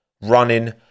running